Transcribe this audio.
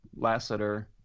Lasseter